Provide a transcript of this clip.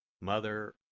Mother